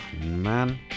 man